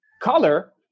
color